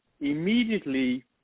immediately